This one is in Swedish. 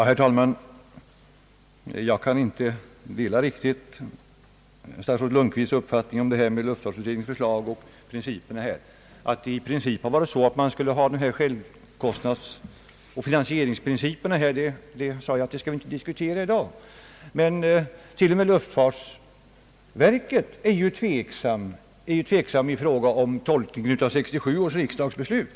Herr talman! Jag kan inte riktigt dela statsrådet Lundkvists uppfattning om luftfartsutredningens förslag, och vad beträffar principerna i sammanhanget har jag sagt att vi inte skall diskutera självkostnadsoch finansieringsprinciperna här i dag. T. o. m, luftfartsverket är dock tveksamt i fråga om tolkningen av 1967 års riksdagsbeslut.